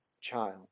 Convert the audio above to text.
child